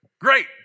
Great